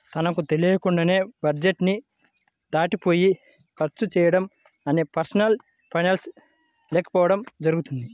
మనకు తెలియకుండానే బడ్జెట్ ని దాటిపోయి ఖర్చులు చేయడం అనేది పర్సనల్ ఫైనాన్స్ లేకపోవడం జరుగుతుంది